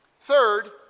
Third